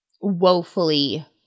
woefully